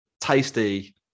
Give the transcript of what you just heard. tasty